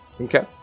Okay